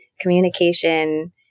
communication